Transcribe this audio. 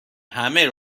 همه